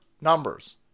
numbers